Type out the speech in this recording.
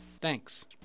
Thanks